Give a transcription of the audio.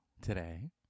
today